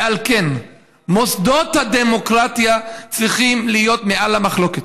ועל כן מוסדות הדמוקרטיה צריכים להיות מעל המחלוקת.